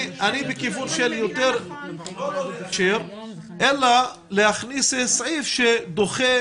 בכיוון של יותר לא לאשר אלא להכניס סעיף שדוחה